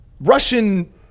Russian